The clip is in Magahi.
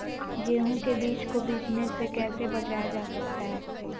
गेंहू के बीज को बिझने से कैसे बचाया जा सकता है?